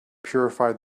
purified